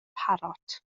parot